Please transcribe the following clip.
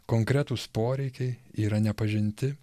konkretūs poreikiai yra nepažinti